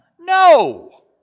No